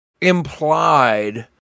implied